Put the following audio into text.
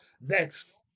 Next